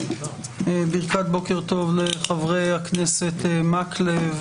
ברכת בוקר טוב לחברי הכנסת מקלב,